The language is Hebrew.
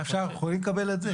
אנחנו יכולים לקבל את זה?